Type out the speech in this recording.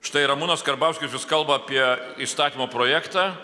štai ramūnas karbauskis jis kalba apie įstatymo projektą